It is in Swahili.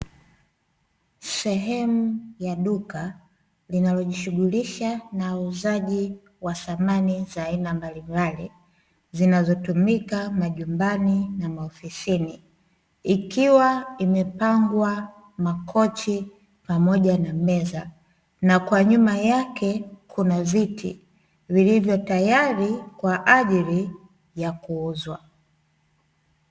Sehemu ya duka inayojishughulisha na uuzaji wa samani za aina mbalimbali, zinazotumika majumbani na maofisini, ikiwa imepangwa makochi pamoja, na meza na kwa nyuma yake kuna viti vilivyo tayari kwa ajili ya kuuzwa.